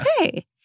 Okay